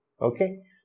Okay